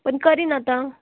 पण करीन आता